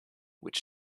which